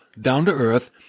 down-to-earth